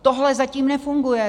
Tohle zatím nefunguje.